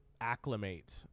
acclimate